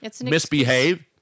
misbehave